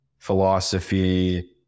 philosophy